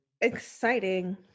Exciting